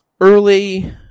early